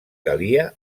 calia